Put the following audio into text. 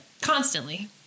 Constantly